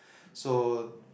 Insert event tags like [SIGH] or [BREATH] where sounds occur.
[BREATH] soon